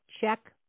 check